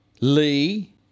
Lee